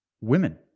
women